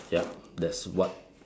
ya that's what